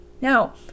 Now